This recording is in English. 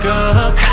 up